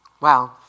Wow